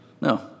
No